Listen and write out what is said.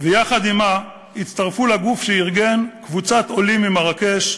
ויחד עמה הצטרפו לגוף שארגן קבוצת עולים ממרקש.